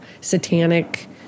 satanic